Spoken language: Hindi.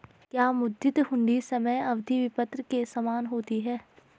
क्या मुद्दती हुंडी समय अवधि विपत्र के समान होती है?